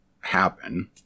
happen